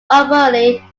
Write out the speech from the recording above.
overly